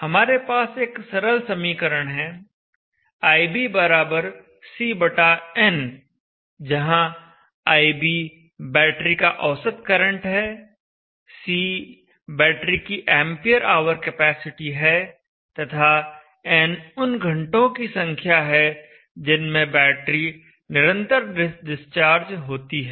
हमारे पास एक सरल समीकरण है IB CN जहां IB बैटरी का औसत करंट है C बैटरी की एंपियर ऑवर कैपेसिटी है तथा N उन घंटों की संख्या है जिनमें बैटरी निरंतर डिस्चार्ज होती है